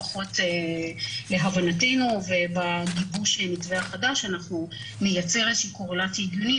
לפחות להבנתנו ובגיבוש המתווה החדש אנחנו נייצר איזושהי קורלציה הגיונית